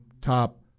top